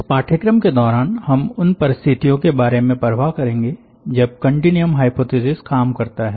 इस पाठ्यक्रम के दौरान हम उन परिस्थितियों के बारे में परवाह करेंगे जब कन्टीन्युअम हाइपोथिसिस काम करता है